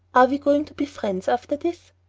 are we going to be friends after this?